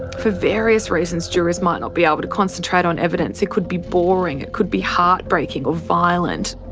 for various reasons jurors might not be able to concentrate on evidence. it could be boring, it could be heartbreaking or violent.